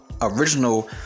Original